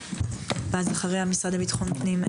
ואחריה המשרד לביטחון פנים,